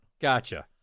Gotcha